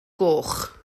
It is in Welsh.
goch